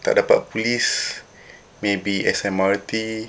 tak dapat police maybe S_M_R_T